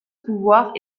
pouvoir